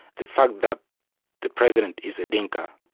the fact that the president is a dinka,